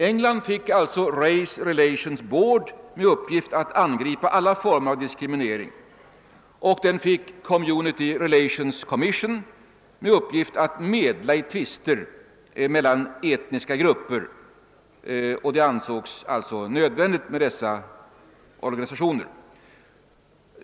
England fick alltså Race Relations Board med uppgift att angripa alla former av diskriminering och Community Relations Commission med uppgift att medla i tvister mellan etniska grupper. Det ansågs nödvändigt med dessa åtgärder.